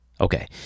Okay